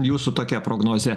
jūsų tokia prognozė